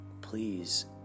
please